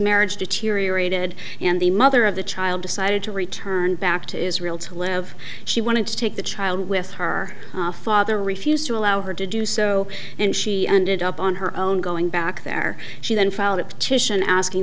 marriage deteriorated and the mother of the child decided to return back to israel to live she wanted to take the child with her father refused to allow her to do so and she ended up on her own going back there she then filed a petition asking